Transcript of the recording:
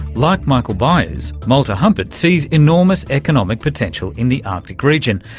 like michael byers, malte humpert sees enormous economic potential in the arctic region,